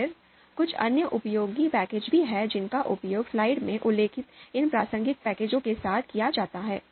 फिर कुछ अन्य उपयोगी पैकेज भी हैं जिनका उपयोग स्लाइड में उल्लिखित इन प्रासंगिक पैकेजों के साथ किया जा सकता है